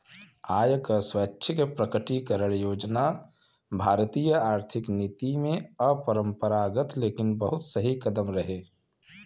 आय क स्वैच्छिक प्रकटीकरण योजना भारतीय आर्थिक नीति में अपरंपरागत लेकिन बहुत सही कदम रहे